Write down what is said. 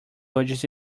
budgies